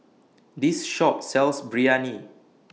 This Shop sells Biryani